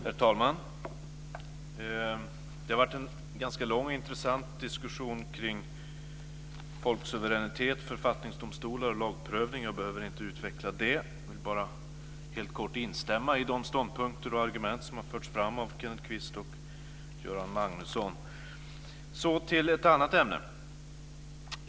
Herr talman! Det har varit en ganska lång och intressant diskussion kring folksuveränitet, författningsdomstolar och lagprövning. Jag behöver inte utveckla det. Jag vill bara helt kort instämma i de ståndpunkter och argument som har förts fram av Så till ett annat ämne.